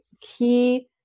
key